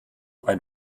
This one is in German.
ein